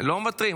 לא מוותרים.